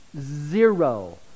zero